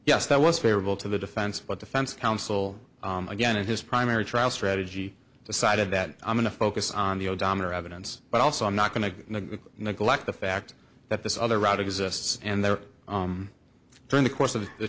yes that was favorable to the defense but defense counsel again in his primary trial strategy decided that i'm going to focus on the odometer evidence but also i'm not going to neglect the fact that this other route exists and there during the course of the